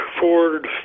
Ford